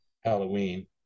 Halloween